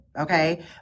Okay